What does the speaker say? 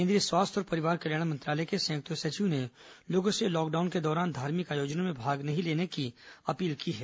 केंद्रीय स्वास्थ्य और परिवार कल्याण मंत्रालय के संयुक्त सचिव ने लोगों से लॉकडाउन के दौरान धार्मिक आयोजनों में भाग नहीं लेने की अपील की है